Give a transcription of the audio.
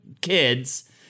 kids